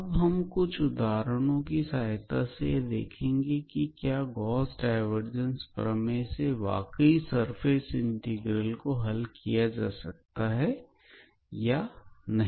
अब हम कुछ उदाहरणों की सहायता से यह देखेंगे कि क्या गॉस डायवर्जेंस प्रमेय से वाकई सरफेस इंटीग्रल को हल किया जा सकता है या नहीं